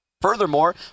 Furthermore